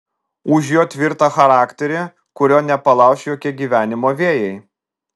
už jo tvirtą charakterį kurio nepalauš jokie gyvenimo vėjai